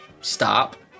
stop